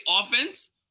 offense